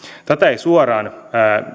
tätä ei suoraan